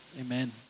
amen